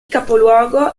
capoluogo